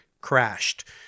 crashed